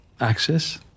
access